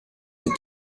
est